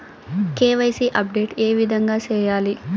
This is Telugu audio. కె.వై.సి అప్డేట్ ఏ విధంగా సేయాలి?